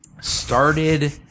started